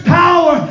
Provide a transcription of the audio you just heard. power